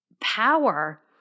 power